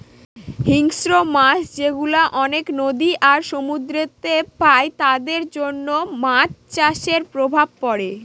হিংস্র মাছ যেগুলা অনেক নদী আর সমুদ্রেতে পাই তাদের জন্য মাছ চাষের প্রভাব পড়ে